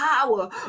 power